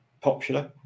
popular